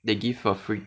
they give for free